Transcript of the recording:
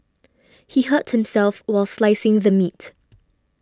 he hurt himself while slicing the meat